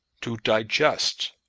to digest!